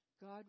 God